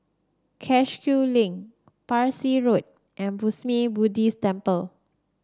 Cashew Link Parsi Road and Burmese Buddhist Temple